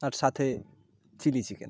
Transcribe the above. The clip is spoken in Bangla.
আর সাথে চিলি চিকেন